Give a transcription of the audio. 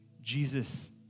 Jesus